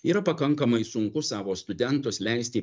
yra pakankamai sunku savo studentus leisti